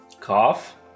Cough